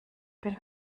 bin